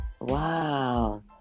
Wow